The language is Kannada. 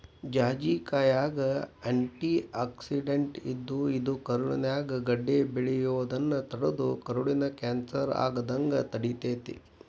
ಜಾಜಿಕಾಯಾಗ ಆ್ಯಂಟಿಆಕ್ಸಿಡೆಂಟ್ ಇದ್ದು, ಇದು ಕರುಳಿನ್ಯಾಗ ಗಡ್ಡೆ ಬೆಳಿಯೋದನ್ನ ತಡದು ಕರುಳಿನ ಕ್ಯಾನ್ಸರ್ ಆಗದಂಗ ತಡಿತೇತಿ